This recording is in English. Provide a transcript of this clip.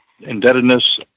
indebtedness